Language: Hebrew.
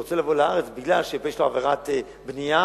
שרוצה לבוא לארץ משום שיש לו עבירת בנייה,